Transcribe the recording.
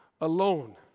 alone